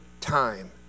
time